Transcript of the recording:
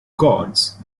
gods